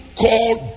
called